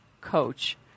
coach